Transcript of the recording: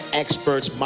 experts